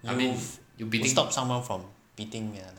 you you stop someone from beating err